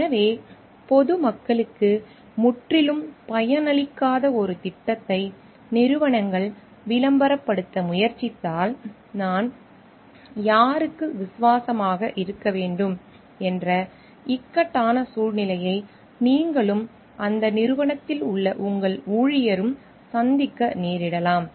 எனவே பொது மக்களுக்கு முற்றிலும் பயனளிக்காத ஒரு திட்டத்தை நிறுவனங்கள் விளம்பரப்படுத்த முயற்சித்தால் நான் யாருக்கு விசுவாசமாக இருக்க வேண்டும் என்ற இக்கட்டான சூழ்நிலையை நீங்களும் அந்த நிறுவனத்தில் உள்ள உங்கள் ஊழியரும் சந்திக்க நேரிடலாம்